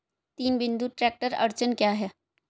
तीन बिंदु ट्रैक्टर अड़चन क्या है?